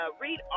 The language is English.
read